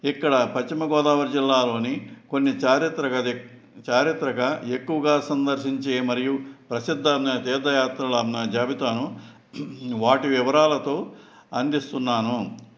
ఇక్కడ పశ్చిమగోదావరి జిల్లాలోని కొన్ని చారిత్రక చారిత్రక ఎక్కువగా సందర్శించే మరియు ప్రసిద్ధ తీర్థ యాత్రల అన్న జాబితాను వాటి వివరాలతో అందిస్తున్నాను